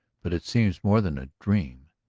but it seems more than a dream.